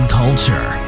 culture